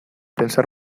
pensar